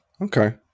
Okay